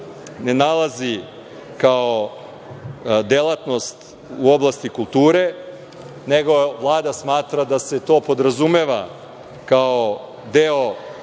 ne nalazi kao delatnost u oblasti kulture, nego Vlada smatra da se to podrazumeva kao deo